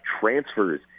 transfers